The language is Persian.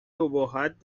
ابهت